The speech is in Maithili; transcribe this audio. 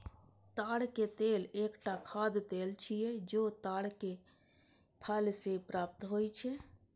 ताड़क तेल एकटा खाद्य तेल छियै, जे ताड़क फल सं प्राप्त होइ छै